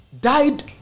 died